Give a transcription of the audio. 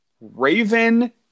Raven